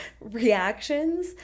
reactions